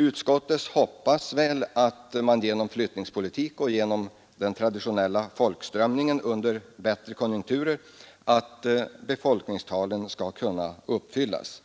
Utskottet hoppas väl att befolkningstalen genom flyttningspolitik och genom den traditionella folkströmningen under bättre konjunkturer skall kunna uppfyllas,